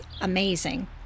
amazing